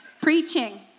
preaching